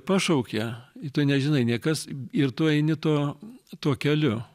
pašaukia i tu nežinai nei kas ir tu eini tuo tuo keliu